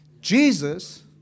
Jesus